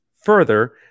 further